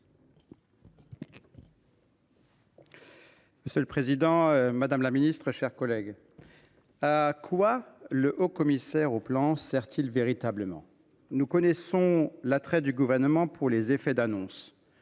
Monsieur le président, madame la ministre, mes chers collègues, à quoi le haut commissaire au plan sert il véritablement ? Nous connaissons l’attrait du Gouvernement pour les effets d’annonce.